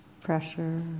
pressure